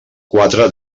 quatre